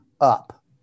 up